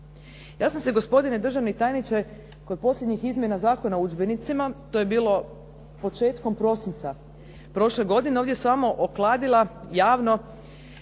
Ja sam se gospodine državni tajniče kod posljednjih izmjena Zakona o udžbenicima, to je bilo početkom prosinca prošle godine ovdje s vama okladila javno